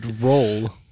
roll